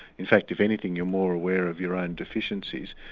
in fact if anything, you're more aware of your own deficiencies.